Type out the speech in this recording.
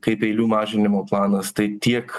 kaip eilių mažinimo planas tai tiek